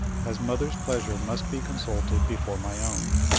as mother's pleasure must be consulted before my own.